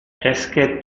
esque